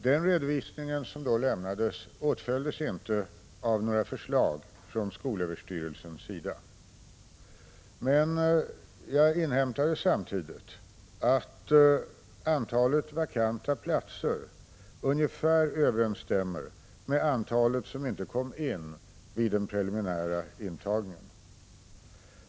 Den redovisning som då lämnades åtföljdes inte av några förslag från skolöverstyrelsens sida. Jag inhämtade samtidigt att antalet vakanta platser ungefär överensstämmer med antalet som inte kom in vid den preliminära intagningen.